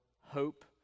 hope